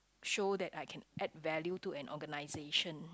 show that I can add value to an organization